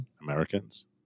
Americans